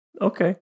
okay